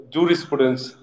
Jurisprudence